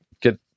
get